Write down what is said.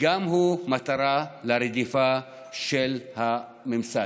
גם זה מטרה לרדיפה של הממסד.